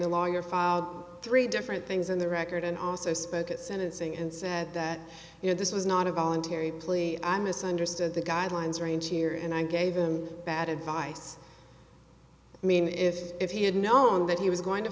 the lawyer filed three different things on the record and also spoke at sentencing and said that you know this was not a voluntary plea i misunderstood the guidelines range here and i gave him bad advice i mean if if he had known that he was going to